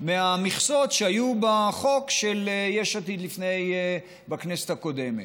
מהמכסות שהיו בחוק של יש עתיד בכנסת הקודמת.